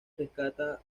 rescata